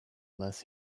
less